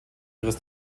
ihres